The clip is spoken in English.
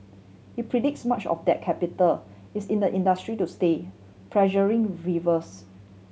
he predicts much of that capital is in the industry to stay pressuring rivals